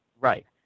Right